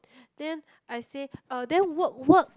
then I say uh then work work